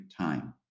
time